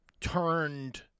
turned